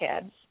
kids